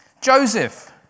Joseph